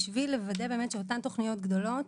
בשביל לוודא באמת שאותן תוכניות גדולות,